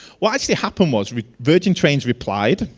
what actually happened was virgin trains replied.